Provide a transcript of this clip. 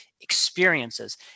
experiences